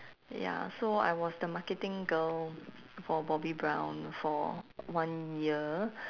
ya so I was the marketing girl for bobbi brown for one year